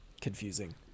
confusing